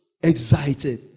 excited